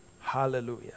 Hallelujah